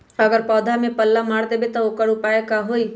अगर पौधा में पल्ला मार देबे त औकर उपाय का होई?